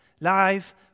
life